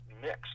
mixed